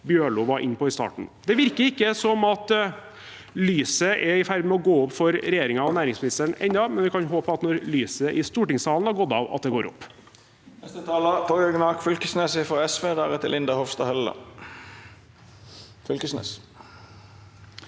Bjørlo var inne på i starten. Det virker ikke som at lyset er i ferd med å gå opp for regjering en og næringsministeren enda, men vi kan håpe at det går opp når lyset i stortingssalen har gått av. Torgeir Knag